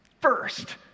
first